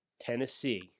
Tennessee